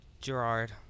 Gerard